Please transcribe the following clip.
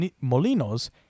molinos